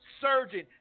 surgeon